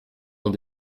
ont